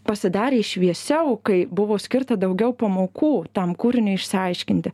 pasidarė šviesiau kai buvo skirta daugiau pamokų tam kūriniui išsiaiškinti